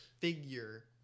figure